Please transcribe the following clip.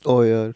[oh]ya